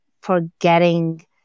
forgetting